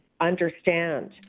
understand